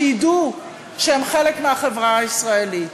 שידעו שהם חלק מהחברה הישראלית,